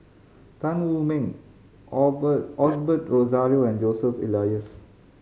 Tan Wu Meng Osbert Rozario and Joseph Elias